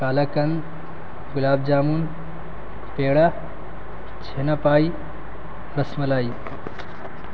پال کند گلاب جامن پیڑا چھنپائی رس ملائی